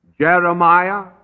Jeremiah